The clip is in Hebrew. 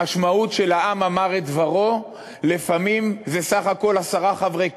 המשמעות של "העם אמר את דברו" לפעמים זה סך הכול עשרה חברי הכנסת,